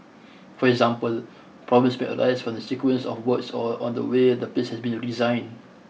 for example problems may arise from the sequence of works or or the way the place has been designed